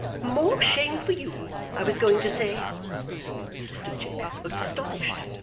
more shame for you, i was going to say mr chick looked astonished.